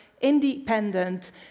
independent